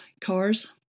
cars